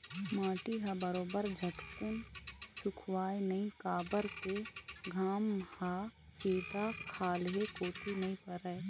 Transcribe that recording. माटी ह बरोबर झटकुन सुखावय नइ काबर के घाम ह सीधा खाल्हे कोती नइ परय